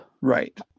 Right